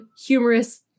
humorous